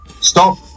Stop